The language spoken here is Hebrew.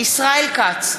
ישראל כץ,